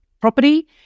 property